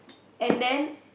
and then